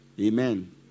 Amen